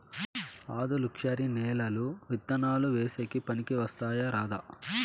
ఆధులుక్షరి నేలలు విత్తనాలు వేసేకి పనికి వస్తాయా రాదా?